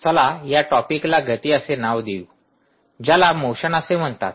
चला या टॉपिकला गती असे नाव देऊ ज्याला मोशनअसे म्हणतात